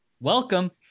welcome